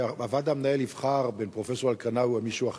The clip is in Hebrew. שהוועד המנהל יבחר בין פרופסור אל-קרינאווי למישהו אחר,